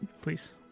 Please